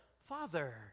father